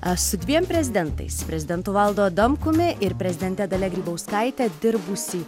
aš su dviem prezidentais prezidentu valdu adamkumi ir prezidente dalia grybauskaite dirbusį